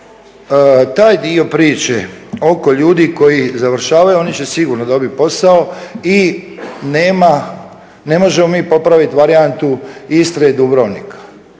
Taj dio priče oko ljudi koji završavaju oni će sigurno dobiti posao i ne možemo mi popraviti varijantu Istre i Dubrovnika.